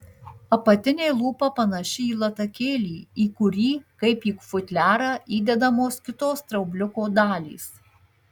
apatinė lūpa panaši į latakėlį į kurį kaip į futliarą įdedamos kitos straubliuko dalys